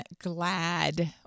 glad